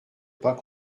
pas